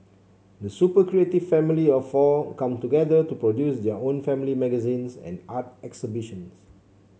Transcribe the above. the super creative family of four come together to produce their own family magazines and art exhibitions